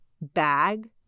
bag